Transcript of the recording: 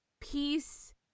peace